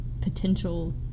potential